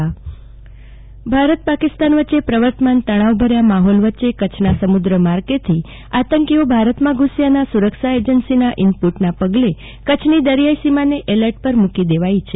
જાગૃતિ વકીલ કરછ એલટી ભારત પાકિસ્તાન વચ્ચે પ્રર્વતમાન તણાવ ભર્યા માહોલ વચ્ચે કચ્છના સમુદ્રમાર્ગેથી આંતકીઓ ભારતમાં ઘસ્યાના સુરક્ષા એજન્સીના ઈનપુટના પગલે કચ્છની દરિયાઈ સીમાને એલર્ટ પર મુકી દેવાઈ છે